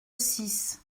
six